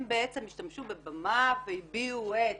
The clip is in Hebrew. הן בעצם השתמשו בבמה והביעו את